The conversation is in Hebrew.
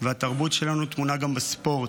והתרבות שלנו טמונה גם בספורט.